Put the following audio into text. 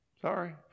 Sorry